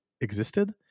existed